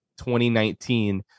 2019